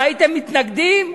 והייתם מתנגדים?